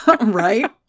right